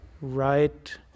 right